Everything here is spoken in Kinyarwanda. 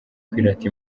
kwirata